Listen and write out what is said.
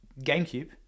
gamecube